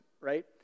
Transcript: right